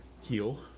heal